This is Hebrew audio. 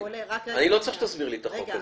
כרמית, אני לא צריך שתסבירי לי את החוק הזה.